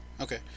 Okay